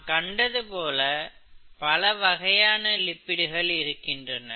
நாம் கண்டது போல பல வகையான லிப்பிடுகள் இருக்கின்றன